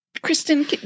Kristen